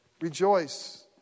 rejoice